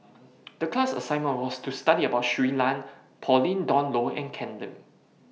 The class assignment was to study about Shui Lan Pauline Dawn Loh and Ken Lim